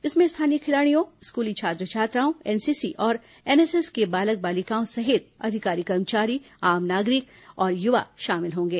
इसमें स्थानीय खिलाड़ियों स्कूली छात्र छात्राओं एनसीसी और एनएसएस के बालक बालिकाओं सहित अधिकारी कर्मचारी आम नागरिक तथा युवा शामिल होंगे